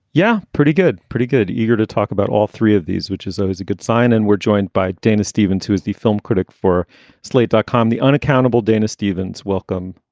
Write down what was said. yeah, pretty good. pretty good. eager to talk about all three of these, which is always a good sign. and we're joined by dana stevens, who is the film critic for slate dot com, the unaccountable dana stevens. welcome.